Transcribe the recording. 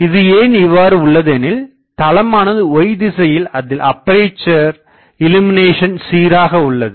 இது ஏன் இவ்வாறு உள்ளதெனில் தளமானது y திசையில் அதில் அப்பேசர் இல்லுமினேஷன் சீராக உள்ளது